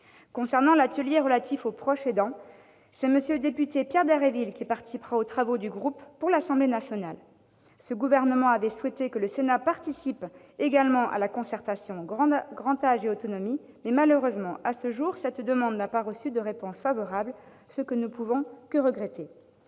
Concernant l'atelier relatif aux proches aidants, M. le député Pierre Dharréville participera aux travaux du groupe pour l'Assemblée nationale. Le Gouvernement avait souhaité que le Sénat participe également à la concertation « grand âge et autonomie », mais, malheureusement, à ce jour, cette demande n'a pas reçu de réponse favorable, ce que nous ne pouvons que regretter.